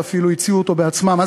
ואפילו הציעו אותו בעצמם.